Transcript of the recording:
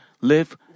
live